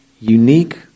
unique